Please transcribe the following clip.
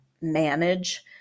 manage